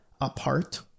apart